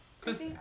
Cause